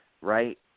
right